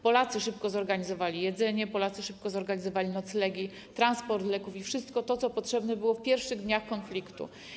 Polacy szybko zorganizowali jedzenie, Polacy szybko zorganizowali noclegi, transport leków i wszystko to, co potrzebne było w pierwszych dniach konfliktu.